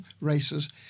races